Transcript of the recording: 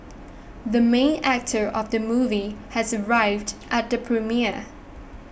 the main actor of the movie has arrived at the premiere